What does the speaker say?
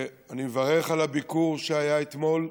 אני מברך על הביקור שהיה אתמול,